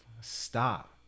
Stop